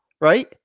right